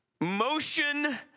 motion